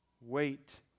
Wait